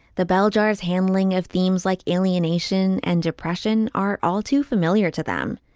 the bell jars handling of themes like alienation and depression are all too familiar to them.